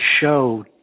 show